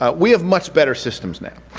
ah we have much better systems now.